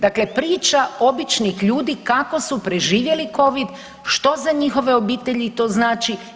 Dakle, priča običnih ljudi kako su preživjeli covid, što za njihove obitelji to znači.